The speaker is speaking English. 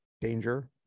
danger